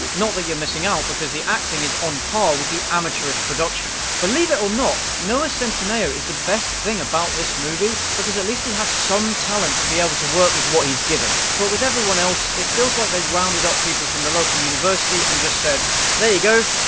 not that you're missing out, because the acting is on par with the amateurish production. believe it or not, noah so centineo is the best thing about this movie, because at least he has some talent to be able to work with what he's given. but with everyone else, it feels like they've rounded up people from the local university and just said there you go!